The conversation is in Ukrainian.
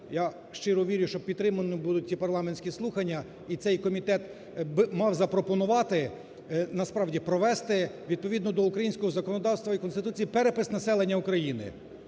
я щиро вірю, що підтримані будуть ті парламентські слухання, і цей комітет мав запропонувати, насправді, провести відповідно до українського законодавства і Конституції перепис населення України.